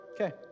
okay